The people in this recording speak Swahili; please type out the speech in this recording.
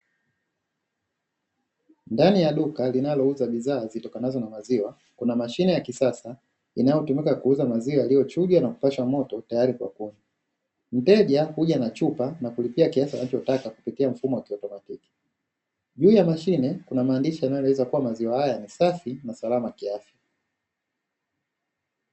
Ndani ya duka linalouza bidhaa zitokanazo na maziwa, kuna mashine ya kisasa, inayotumika kuuza maziwa yaliyochujwa na kupashwa moto tayari kwa kunywa. Mteja huja na chupa na kulipia kiasi anachotaka kupitia mfumo wa kiautomatiki. Juu ya mashine kuna maandishi yanayoeleza kuwa maziwa haya ni safi na salama kiafya.